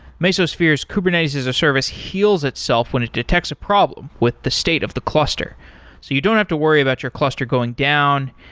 mesosphere's kubernetes-as-a-service heals itself when it detects a problem with the state of the cluster. so you don't have to worry about your cluster going down,